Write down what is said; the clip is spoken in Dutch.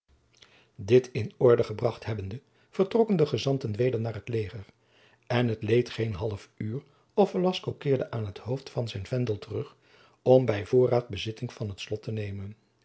dit in orde gebracht hebbende vertrokken de gezanten weder naar het leger en het leed geen half uur of velasco keerde aan t hoofd van zijn vendel terug om bij voorraad bezitting van het slot te nemen